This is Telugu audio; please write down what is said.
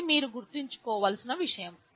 ఇది మీరు గుర్తుంచుకోవలసిన విషయం